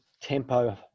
tempo